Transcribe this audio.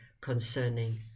concerning